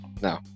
No